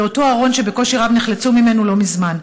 לאותו ארון שבקושי רב נחלצו ממנו לא מזמן.